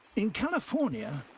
in california,